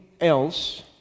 else